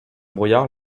brouillard